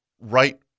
right